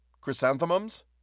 Chrysanthemums